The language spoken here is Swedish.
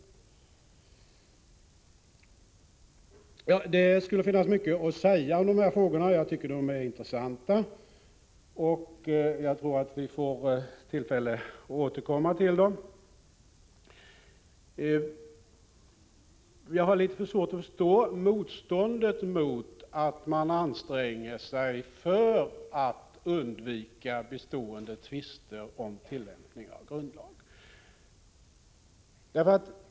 Det skulle finnas mycket att säga om dessa frågor. Jag tycker att de är intressanta, och jag tror att vi får tillfälle att återkomma till dem. Jag har litet svårt att förstå motståndet mot att man anstränger sig för att undvika bestående tvister om tillämpningen av grundlagen.